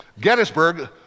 Gettysburg